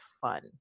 fun